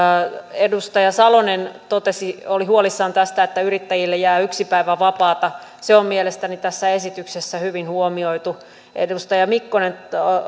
edustaja salonen oli huolissaan tästä että jääkö yrittäjille yksi päivä vapaata se on mielestäni tässä esityksessä hyvin huomioitu edustaja mikkonen